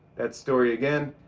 that story again.